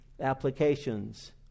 applications